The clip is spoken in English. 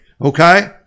okay